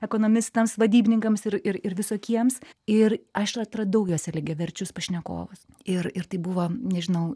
ekonomistams vadybininkams ir ir ir visokiems ir aš atradau juose lygiaverčius pašnekovus ir ir tai buvo nežinau